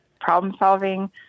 problem-solving